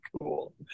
cool